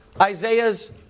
Isaiah's